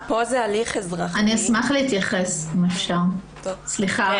אני לגמרי חושבת שזה יכול